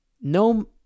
No